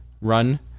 run